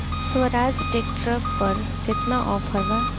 Swaraj tractor पर केतना offer बा?